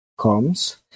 Comes